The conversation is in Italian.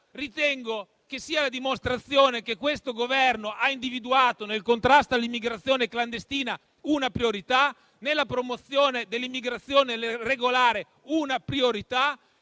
Ritengo che sia la dimostrazione che questo Governo ha individuato nel contrasto all'immigrazione clandestina una priorità e, nella promozione dell'immigrazione irregolare, un'altra priorità.